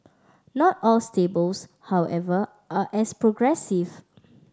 not all stables however are as progressive